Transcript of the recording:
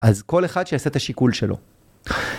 אז כל אחד שיעשה את השיקול שלו.